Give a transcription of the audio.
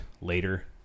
later